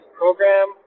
program